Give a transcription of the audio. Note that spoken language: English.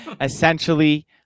essentially